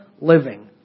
living